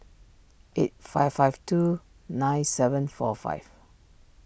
eight five five two nine seven four five